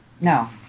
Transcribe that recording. no